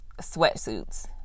sweatsuits